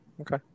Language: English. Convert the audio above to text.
Okay